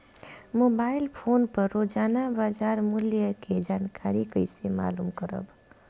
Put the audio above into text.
Mobile phone पर रोजाना बाजार मूल्य के जानकारी कइसे मालूम करब?